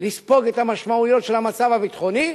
לספוג את המשמעויות של המצב הביטחוני,